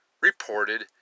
reported